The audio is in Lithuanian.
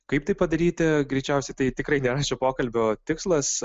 kaip tai padaryti greičiausiai tai tikrai nėra šio pokalbio tikslas